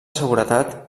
seguretat